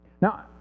Now